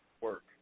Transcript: work